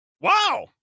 Wow